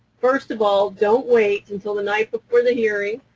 first of all, don't wait until the night before the hearing,